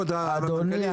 כבוד --- אדוני,